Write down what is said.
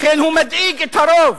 לכן הוא מדאיג את הרוב.